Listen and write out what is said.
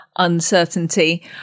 uncertainty